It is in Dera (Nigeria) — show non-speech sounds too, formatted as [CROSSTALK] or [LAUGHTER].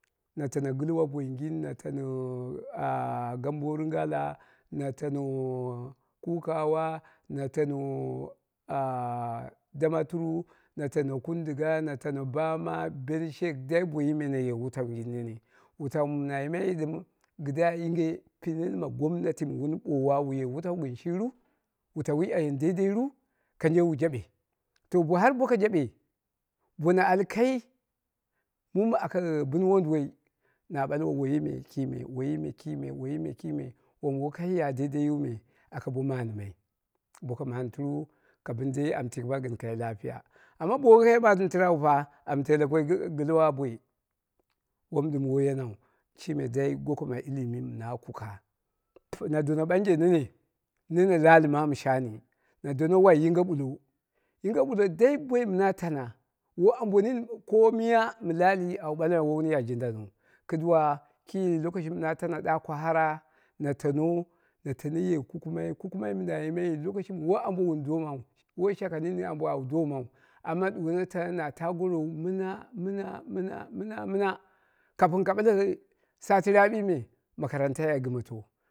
[UNINTELLIGIBLE] Tano gɨlwa boingin, na tana [HESITATION] gambo rungala, na tano kukawa, na tano ah damaturu, na tano kunduga, na tana bama, benshek dai boingin me naye wutau nene, wutau mɨna yimayi dɨn kɨdda yinge pinen ma gomnati mɨ wun ɓoowa, wu ye wutau gɨn shiru? Wutauwi a yen deidairu kanje wu jabe? To bo har boko jaɓe, bono al kai mum an bɨn wonduwoi na ɓalwo woiyi me kime, woiyi me kime wom wokai ya deideiyu me aka bo manimai boka mandɨru kabɨni am tikɨma lafiya. Amma bo wokai man dɨrau fa am tele koi kikit gɨlwa amboi, wom ɗɨm woi yenau, dai goko ma gmim na kuka. To na dono ɓanje nene, nene laali maamu shani, na dono wai yinge ɓullo, yinge ɓullo dai boim na taana, woi ambo nini ɗiu ko miya mɨ laali au balmai woi wun dindanou kidduwa ki lokoci mɨna taana da kwana na tano ye kukumai, kukumai mindei ana yi mayi lokaci shimi woi ambo wun dommau amma ɗuwono dono na taa gorowu mɨna mɨna mɨna mɨna ah kapin ka ɓale sati naapi me makarant a gɨmoto.